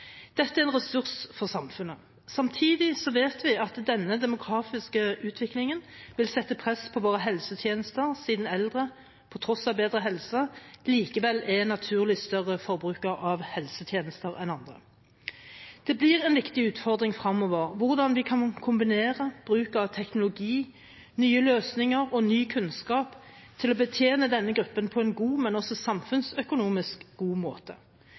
Dette er en ressurs for samfunnet. Samtidig vet vi at denne demografiske utviklingen vil legge press på våre helsetjenester, siden eldre på tross av bedre helse likevel naturlig er større forbrukere av helsetjenester enn andre. Det blir en viktig utfordring fremover hvordan vi kan kombinere bruk av teknologi, nye løsninger og ny kunnskap for å betjene denne gruppen på en god, men også samfunnsøkonomisk god måte.